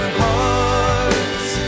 hearts